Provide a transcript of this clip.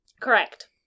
Correct